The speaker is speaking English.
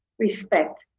respect.